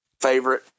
favorite